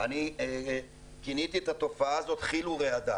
בכל אופן אני כיניתי את התופעה הזו כי"ל ורעדה.